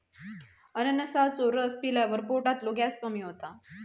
अननसाचो रस पिल्यावर पोटातलो गॅस कमी होता